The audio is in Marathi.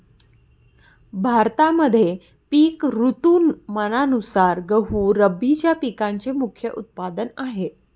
भारतामध्ये पिक ऋतुमानानुसार गहू रब्बीच्या पिकांचे मुख्य उत्पादन आहे